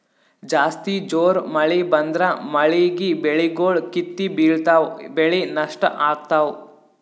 ಜಾಸ್ತಿ ಜೋರ್ ಮಳಿ ಬಂದ್ರ ಮಳೀಗಿ ಬೆಳಿಗೊಳ್ ಕಿತ್ತಿ ಬಿಳ್ತಾವ್ ಬೆಳಿ ನಷ್ಟ್ ಆಗ್ತಾವ್